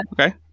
okay